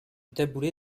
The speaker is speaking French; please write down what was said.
taboulé